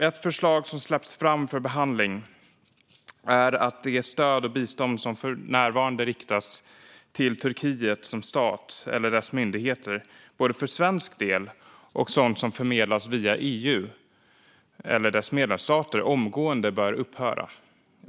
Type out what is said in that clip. Ett förslag som släppts fram för behandling är att det stöd och bistånd som för närvarande riktas till Turkiet som stat eller dess myndigheter, både för svensk del och när det gäller sådant som förmedlas via EU eller dess medlemsstater, omgående bör upphöra.